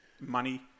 money